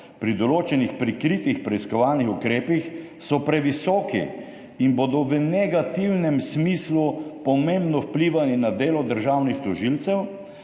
pri določenih prikritih preiskovalnih ukrepih so previsoki in bodo v negativnem smislu pomembno vplivali na delo državnih tožilcev